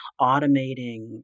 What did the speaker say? automating